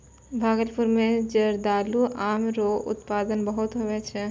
भागलपुर मे जरदालू आम रो उत्पादन बहुते हुवै छै